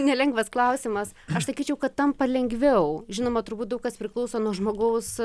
nelengvas klausimas aš sakyčiau kad tampa lengviau žinoma turbūt daug kas priklauso nuo žmogaus